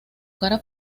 cara